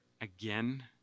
again